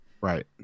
Right